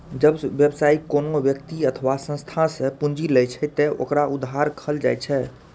जब व्यवसायी कोनो व्यक्ति अथवा संस्था सं पूंजी लै छै, ते ओकरा उधार कहल जाइ छै